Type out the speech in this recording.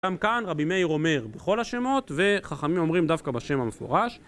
גם כאן רבי מאיר אומר בכל השמות, וחכמים אומרים דווקא בשם המפורש